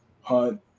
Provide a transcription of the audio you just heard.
Hunt